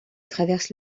traverse